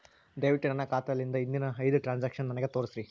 ದಯವಿಟ್ಟು ನನ್ನ ಖಾತಾಲಿಂದ ಹಿಂದಿನ ಐದ ಟ್ರಾಂಜಾಕ್ಷನ್ ನನಗ ತೋರಸ್ರಿ